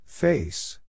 Face